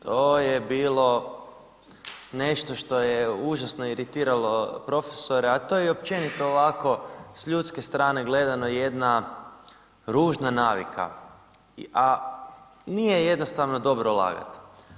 To je bilo nešto što je užasno iritiralo profesora, a to je i općenito ovako s ljudske strane gledano jedna ružna navika, a nije jednostavno dobro lagati.